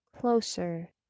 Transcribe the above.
closer